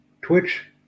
Twitch